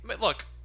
Look